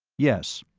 yes.